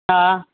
हा